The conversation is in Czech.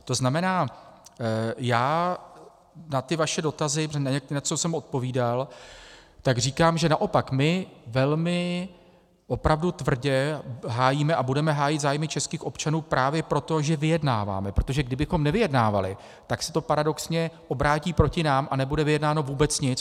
To znamená, já na ty vaše dotazy, protože na něco jsem odpovídal, tak říkám, že naopak my velmi opravdu tvrdě hájíme a budeme hájit zájmy českých občanů právě proto, že vyjednáváme, protože kdybychom nevyjednávali, tak se to paradoxně obrátí proti nám a nebude vyjednáno vůbec nic.